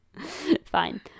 Fine